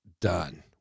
done